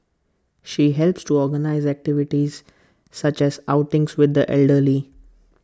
she helps to organise activities such as outings with the elderly